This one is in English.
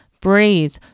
breathe